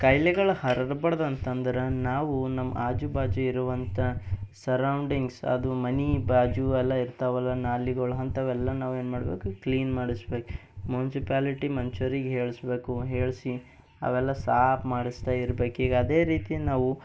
ಕಾಯ್ಲೆಗಳು ಹರಡಬಾಡ್ದಂತಂದ್ರ ನಾವು ನಮ್ಮ ಆಜು ಬಾಜು ಇರುವಂಥ ಸರೌಂಡಿಂಗ್ಸ್ ಅದು ಮನೆ ಬಾಜು ಎಲ್ಲ ಇರ್ತಾವಲ್ಲ ನಾಲಿಗಳು ಅಂತವೆಲ್ಲ ನಾವೇನು ಮಾಡಬೇಕು ಕ್ಲೀನ್ ಮಾಡಸ್ಬೇಕು ಮುನ್ಸಿಪಾಲಿಟಿ ಮನ್ಷರಿಗೆ ಹೇಳಿಸ್ಬೇಕು ಹೇಳಿಸಿ ಅವೆಲ್ಲ ಸಾಪು ಮಾಡಸ್ತಾಯಿರ್ಬೇಕು ಈಗ ಅದೇ ರೀತಿ ನಾವು